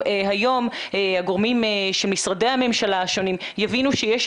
ואז יש לנו עוד כמה ממשרדי הממשלה שמאוד